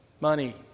money